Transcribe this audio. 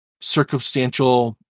circumstantial